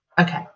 okay